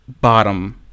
bottom